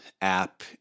app